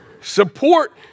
Support